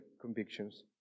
convictions